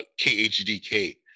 KHDK